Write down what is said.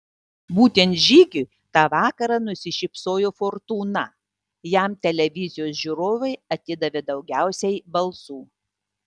būtent žygiui tą vakarą nusišypsojo fortūna jam televizijos žiūrovai atidavė daugiausiai balsų